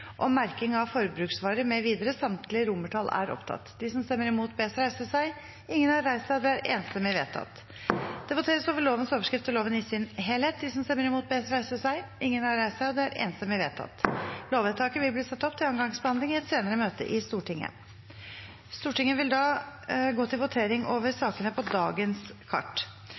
og loven i sin helhet. Lovvedtaket vil bli ført opp til andre gangs behandling i et senere møte i Stortinget. Det voteres over lovens overskrift og loven i sin helhet. Lovvedtaket vil bli ført opp til andre gangs behandling i et senere møte i Stortinget. Stortinget vil da gå til votering over sakene på dagens kart.